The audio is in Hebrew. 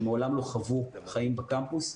שמעולם לא חוו חיים בקמפוס,